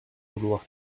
vouloir